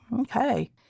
Okay